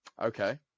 Okay